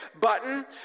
button